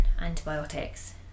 antibiotics